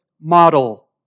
model